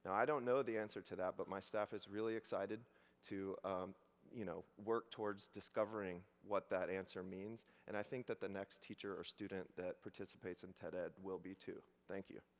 and i don't know the answer to that, but my staff is really excited to you know work towards discovering what that answer means. and i think that the next teacher or student that participates in ted-ed will be, too. thank you.